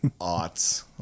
aughts